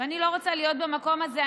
ואני לא רוצה להיות במקום הזה.